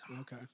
Okay